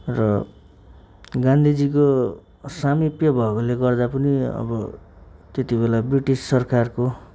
र गान्धीजीको सामिप्य भएकोले गर्दा पनि अब त्यतिबेला ब्रिटिस सरकारको